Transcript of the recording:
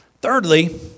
Thirdly